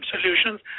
solutions